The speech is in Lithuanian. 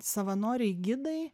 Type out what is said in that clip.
savanoriai gidai